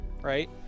Right